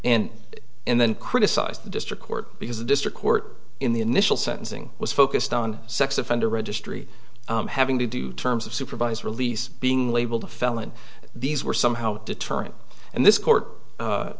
and and then criticized the district court because the district court in the initial sentencing was focused on sex offender registry having to do terms of supervised release being labeled a felon these were somehow deterrent and this court